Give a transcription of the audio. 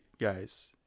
guys